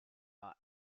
are